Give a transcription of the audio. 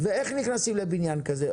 ואיך נכנסים לבניין כזה?